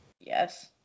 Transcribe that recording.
Yes